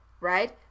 right